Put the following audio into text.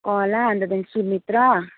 कला अन्त त्यहाँदेखि सुमित्रा